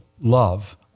love